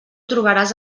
trobaràs